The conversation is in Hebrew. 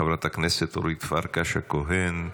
חברת הכנסת אורית פרקש הכהן,